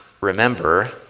remember